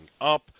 up